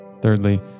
thirdly